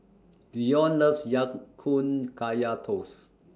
Dion loves Ya Kun Kaya Toast